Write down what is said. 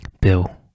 Bill